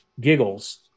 giggles